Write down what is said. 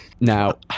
now